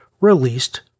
released